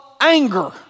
anger